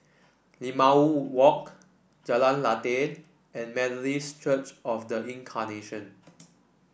Limau Walk Jalan Lateh and Methodist Church Of The Incarnation